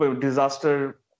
disaster